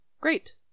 Great